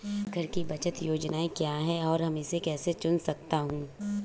डाकघर की बचत योजनाएँ क्या हैं और मैं इसे कैसे चुन सकता हूँ?